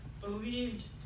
believed